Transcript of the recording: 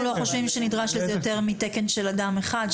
אנחנו לא חושבים שנדרש לזה יותר מתקן של אדם אחד,